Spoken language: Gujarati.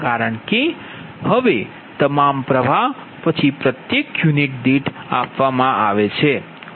કારણ કે હવે તમામ પ્રવાહ પછી પ્રત્યેક યુનિટ દીઠ આપવામાં આવે છે